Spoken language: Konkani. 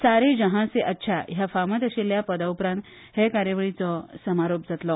सारे जहॉ से अच्छा ह्या फामात आशिल्ल्या पदा उपरांत हे कार्यावळीचो समारोप जातलो